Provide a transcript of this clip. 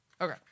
Okay